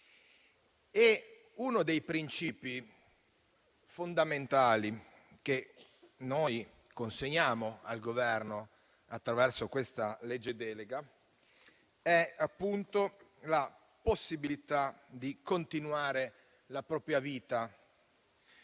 Uno dei principi fondamentali che consegniamo al Governo attraverso questa legge delega è la possibilità di continuare la propria vita